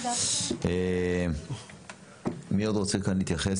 האם עוד מישהו רוצה להתייחס?